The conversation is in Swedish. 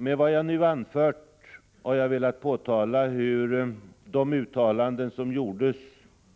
Med det nu anförda har jag velat påtala hur de uttalanden som gjordes